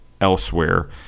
elsewhere